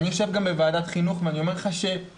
אני יושב גם בוועדת חינוך ואני אומר לך שהתחושה